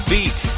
Beat